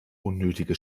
unnötige